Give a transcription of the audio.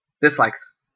dislikes